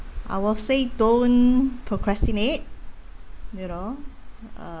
I will say don't procrastinat eyou know uh